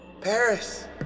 Paris